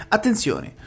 Attenzione